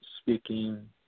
speaking